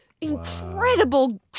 incredible